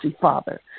Father